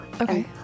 Okay